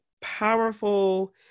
powerful